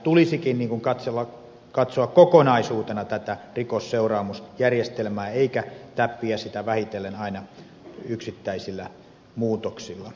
tulisikin katsoa kokonaisuutena tätä rikosseuraamusjärjestelmää eikä täppiä sitä vähitellen aina yksittäisillä muutoksilla